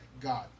God